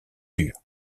dur